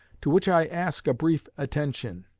to which i ask a brief attention.